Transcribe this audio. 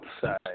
side